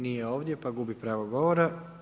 Nije ovdje pa gubi pravo govora.